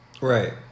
Right